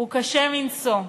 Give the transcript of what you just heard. הוא קשה מנשוא.